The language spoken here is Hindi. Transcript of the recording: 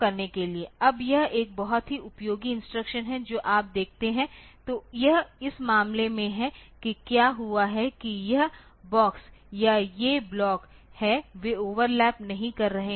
अब यह एक बहुत ही उपयोगी इंस्ट्रक्शन है जो आप देखते हैं तो यह इस मामले में है कि क्या हुआ है कि यह बॉक्स या वे ब्लॉक हैं वे ओवरलैप नहीं कर रहे हैं